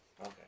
Okay